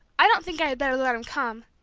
i don't think i had better let him come!